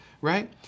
right